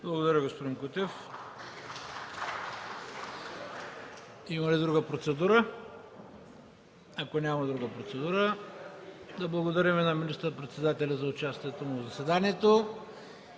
Благодаря, господин Кутев. Има ли друга процедура? Не виждам. Да благодарим на министър-председателя за участието му в заседанието.